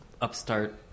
upstart